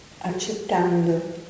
accettando